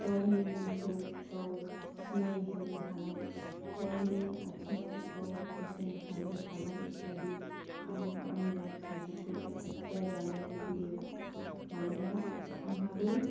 गावनि मुंखौ गाव सिनाय होनो हानाय गावनि आथिङाव गाव गसंथानो हानाय बादि आं आंनि फिसाफोरखौ जाजानो लुबैयो मानोना आंहाबो